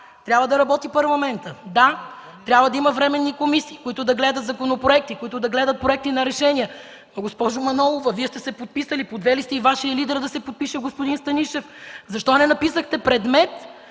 трябва да работи Парламентът. Да, трябва да има временни комисии, които да гледат законопроекти, които да гледат проекти за решения. Но, госпожо Манолова, Вие сте се подписали, подвели сте и Вашия лидер господин Станишев да се подпише. Защо не написахте предмет